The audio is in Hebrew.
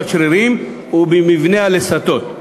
בשרירים ובמבנה הלסתות.